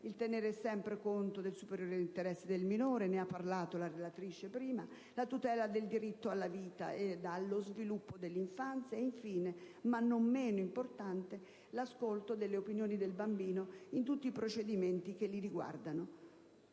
il tenere sempre conto del superiore interesse del minore; la tutela del diritto alla vita e allo sviluppo dell'infanzia e, infine, ma non meno importante, l'ascolto delle opinioni del bambino in tutti i procedimenti che lo riguardano.